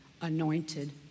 anointed